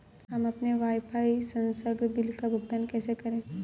हम अपने वाईफाई संसर्ग बिल का भुगतान कैसे करें?